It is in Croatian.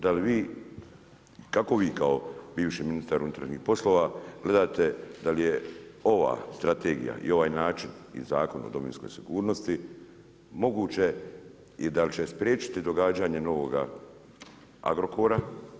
Da li vi, kako vi kao bivši ministar unutarnjih poslova gledate da li je ova strategija i ovaj način i Zakon o domovinskoj sigurnosti moguće i da li će spriječiti događanje novoga Agrokora.